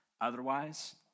otherwise